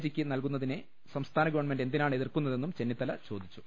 G യ്ക്ക് നൽകുന്നതിനെ സംസ്ഥാന ഗവൺമെന്റ് എന്തിനാണ് എതിർക്കുന്നതെന്നും ചെന്നി ത്തല ചോദിച്ചു